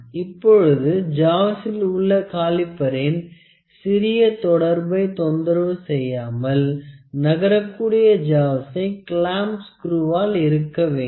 இப்பொழுது ஜாவில் உள்ள காலிபரின் சிறிய தொடர்பை தொந்தரவு செய்யாமல் நகரக்கூடிய ஜாவை கிளாம்ப் ஸ்குருவாள் இறுக்க வேண்டும்